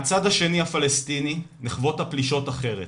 מהצד השני, הפלסטיני, נחוות הפלישות אחרת.